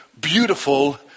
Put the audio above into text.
beautiful